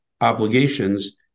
obligations